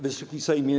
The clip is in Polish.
Wysoki Sejmie!